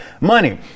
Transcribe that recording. money